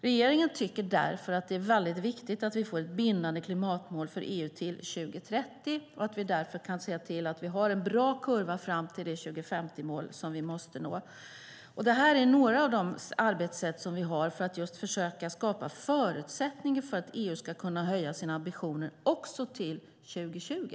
Regeringen tycker därför att det är väldigt viktigt att vi får ett bindande klimatmål för EU till 2030 och att vi därför kan se till att vi har en bra kurva fram till det 2050-mål som vi måste nå. Detta är några av de arbetssätt som vi har för att försöka skapa förutsättningar för att EU ska kunna höja sina ambitioner också till 2020.